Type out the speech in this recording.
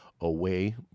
away